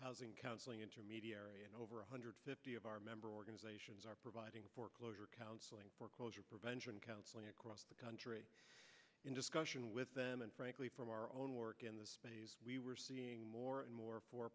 housing counseling intermediary and over one hundred fifty of our member organizations are providing foreclosure counseling foreclosure prevention counseling across the country in discussion with them and frankly from our own work in this we were seeing more and more for